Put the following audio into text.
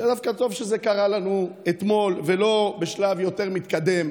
שזה דווקא טוב שזה קרה לנו אתמול ולא בשלב יותר מתקדם.